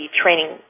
training